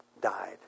died